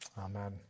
Amen